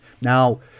Now